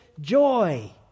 joy